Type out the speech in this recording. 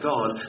God